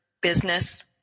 business